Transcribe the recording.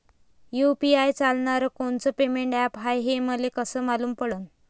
UPI चालणारं कोनचं payment app हाय, हे मले कस मालूम पडन?